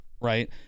right